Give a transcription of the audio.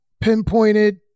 pinpointed